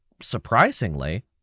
surprisingly